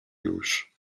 już